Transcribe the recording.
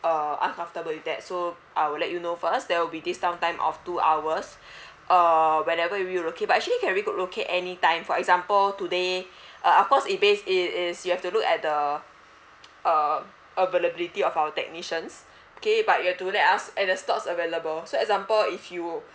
uh uncomfortable with that so I will let you know first there will be this downtime of two hours uh whenever we relocate but actually can relocate anytime for example today uh of course it base it is you have to look at the uh availability of our technicians okay but you have to let us and the slots available so example if you